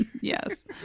Yes